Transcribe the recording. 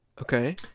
okay